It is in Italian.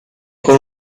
con